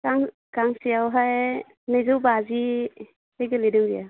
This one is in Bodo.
गांसेयावहाय नैजौ बाजिहै गोग्लैदों बेयो